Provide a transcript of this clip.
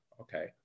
okay